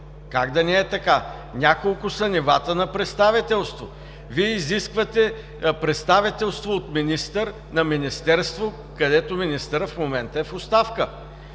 Как да не е така? Няколко са нивата на представителство. Вие изисквате представителство от министър на министерство, където министърът в момента е в оставка.